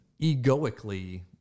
egoically